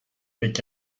avec